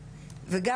אני צריך לדעת איפה את.